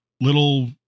little